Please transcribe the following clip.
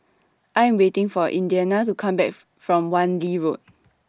I Am waiting For Indiana to Come Back from Wan Lee Road